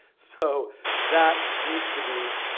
so that needs to be